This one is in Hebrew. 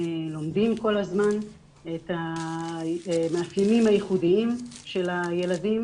לומדים כל הזמן את המאפיינים הייחודיים של הילדים,